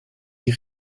die